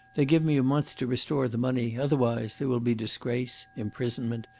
they give me a month to restore the money. otherwise there will be disgrace, imprisonment,